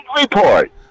Report